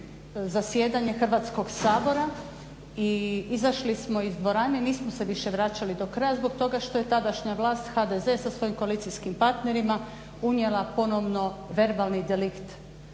zasjedanje Hrvatskog sabora, izašli smo iz dvorane i nismo se više vraćali do kraja zbog toga što je tadašnja vlast HDZ sa svojim koalicijskim partnerima unijela ponovno verbalni delikt u ovaj